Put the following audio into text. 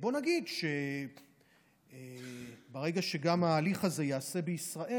בוא נגיד שברגע שגם ההליך הזה ייעשה בישראל,